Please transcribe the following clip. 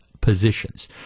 positions